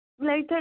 later